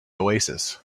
oasis